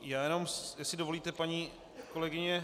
Jenom jestli dovolíte, paní kolegyně.